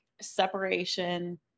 separation